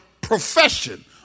profession